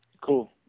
Cool